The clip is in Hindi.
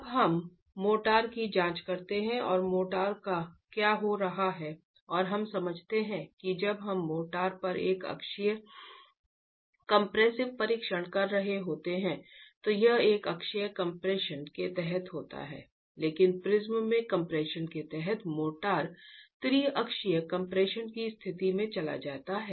अब हम मोर्टार की जांच करते हैं और मोर्टार का क्या हो रहा है और हम समझते हैं कि जब हम मोर्टार पर एक अक्षीय कंप्रेसिव परीक्षण कर रहे होते हैं तो यह एक अक्षीय कम्प्रेशन के तहत होता है लेकिन प्रिज्म में कम्प्रेशन के तहत मोर्टार त्रिअक्षीय कम्प्रेशन की स्थिति में चला जाता है